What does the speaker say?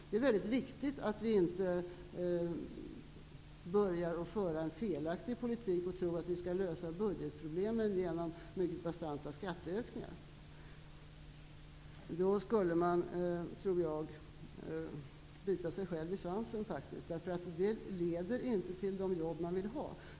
Det är mycket viktigt att vi inte börjar föra en felaktig politik och tro att vi skall kunna lösa budgetproblemen genom mycket bastanta skatteökningar. Då tror jag faktiskt att man skulle bita sig själv i svansen. Det leder inte till de jobb man vill skapa.